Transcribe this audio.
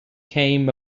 came